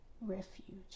refuge